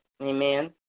Amen